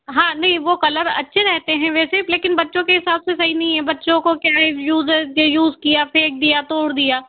हाँ नहीं वो कलर अच्छे रहते हैं वैसे लेकिन बच्चों के हिसाब से सही नहीं है बच्चों को क्या है यूज़ेज़ के यूज़ किया फेक दिया तोड़ दिया